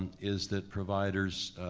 is that providers